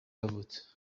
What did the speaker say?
yavutse